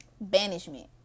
Banishment